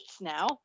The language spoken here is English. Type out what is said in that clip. now